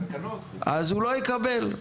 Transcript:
אז הוא לא יקבל.